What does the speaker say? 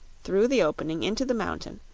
through the opening into the mountain,